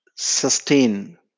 sustain